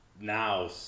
now